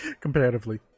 comparatively